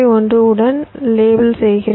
1 உடன் லேபிள் செய்கிறேன்